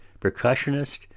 percussionist